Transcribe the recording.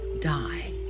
die